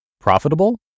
Profitable